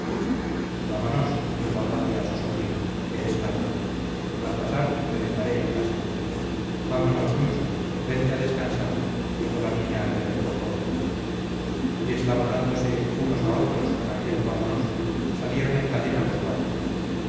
vámonos dijo arratia a su sobrina que es tarde al pasar te dejaré en casa vámonos luchu vente a descansar dijo la niña al heroico joven y eslabonándose unos a otros con aquel vámonos salieron en cadena los cuatro